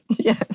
Yes